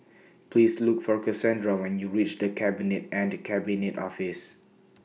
Please Look For Casandra when YOU REACH The Cabinet and The Cabinet Office